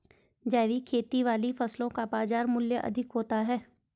जैविक खेती वाली फसलों का बाजार मूल्य अधिक होता है